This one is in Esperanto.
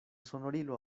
sonorilo